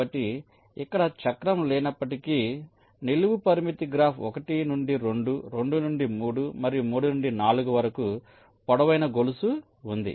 కాబట్టి ఇక్కడ చక్రం లేనప్పటికీ నిలువు పరిమితి గ్రాఫ్ 1 నుండి 2 2 నుండి 3 మరియు 3 నుండి 4 వరకు పొడవైన గొలుసు ఉంది